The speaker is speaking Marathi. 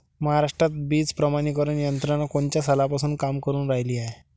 महाराष्ट्रात बीज प्रमानीकरण यंत्रना कोनच्या सालापासून काम करुन रायली हाये?